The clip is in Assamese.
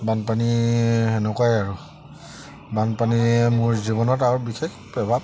বানপানী সেনেকুৱাই আৰু বানপানীয়ে মোৰ জীৱনত আৰু বিশেষ প্ৰেভাৱ